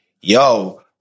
yo